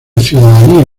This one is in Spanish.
ciudadanía